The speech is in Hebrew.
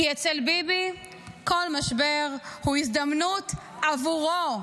כי אצל ביבי כל משבר הוא הזדמנות בעבורו.